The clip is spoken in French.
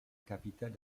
capitale